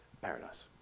paradise